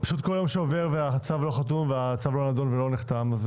כל יום שעובר והצו לא נדון ולא נחתם,